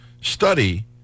study